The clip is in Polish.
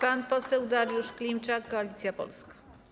Pan poseł Dariusz Klimczak, Koalicja Polska.